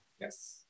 Yes